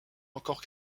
encore